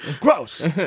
Gross